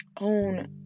own